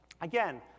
Again